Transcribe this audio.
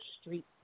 street